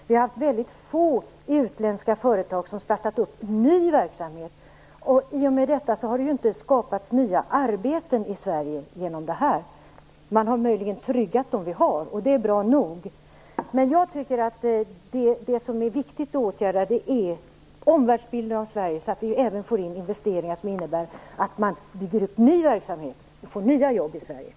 Det har varit väldigt få utländska företag som har startat ny verksamhet, och i och med detta har det inte skapats nya arbeten i Sverige genom detta. Man har möjligen tryggat dem som vi har, och det är bra nog. Jag tycker att det som är viktigt att åtgärda är omvärldsbilden av Sverige, så att vi även får in investeringar som innebär att man bygger ut ny verksamhet och får nya jobb i Sverige.